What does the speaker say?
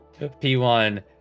p1